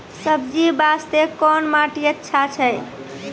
सब्जी बास्ते कोन माटी अचछा छै?